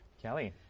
Kelly